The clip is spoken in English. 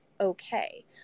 okay